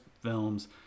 films